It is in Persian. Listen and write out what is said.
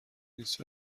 نیست